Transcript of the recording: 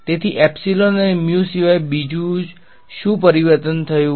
તેથી એપ્સીલોન અને મ્યુ સિવાય બીજું શું પરિવર્તન થયું